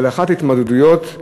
אחת ההתמודדויות,